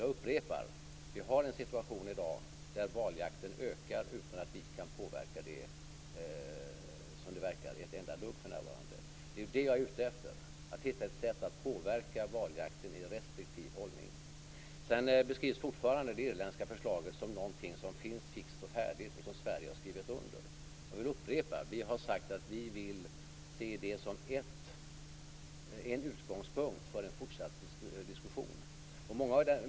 Jag upprepar: Vi har en situation i dag där valjakten ökar utan att vi, som det verkar, kan påverka det ett enda dugg för närvarande. Det är det jag är ute efter, att hitta ett sätt att påverka valjakten i en restriktiv riktning. Det irländska förslaget beskrivs fortfarande som någonting som finns fixt och färdigt och som Sverige har skrivit under. Jag vill upprepa att vi har sagt att vi vill se det som en utgångspunkt för en fortsatt diskussion.